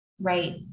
Right